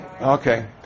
okay